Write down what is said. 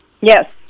Yes